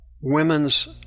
women's